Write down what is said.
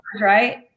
right